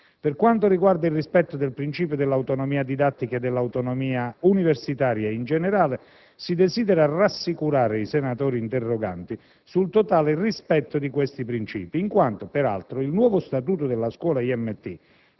Per quanto riguarda il rispetto del principio dell'autonomia didattica e dell'autonomia universitaria in generale, si desidera rassicurare i senatori interroganti sul totale rispetto di questi principi, in quanto, peraltro, il nuovo statuto della Scuola IMT,